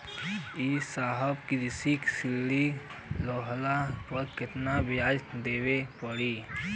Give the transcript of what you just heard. ए साहब कृषि ऋण लेहले पर कितना ब्याज देवे पणी?